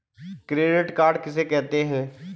Credit card किसे कहते हैं?